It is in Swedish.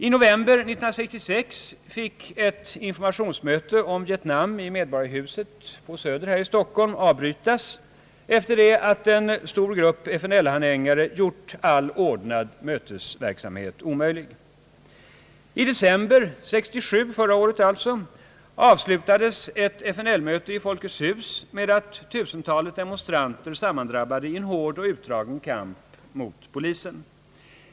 I november 1966 fick ett informationsmöte om Vietnam i Medborgarhuset på Söder i Stockholm avbrytas efter det att en stor grupp FNL-anhängare gjort all ordnad mötesverksamhet omöjlig. I december 1967 avslutades ett FNL-möte i Folkets hus med att tusentalet demonstranter sammandrabbade i en hård och utdragen kamp mot polisen.